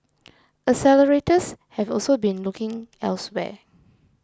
accelerators have also been looking elsewhere